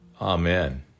Amen